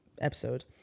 episode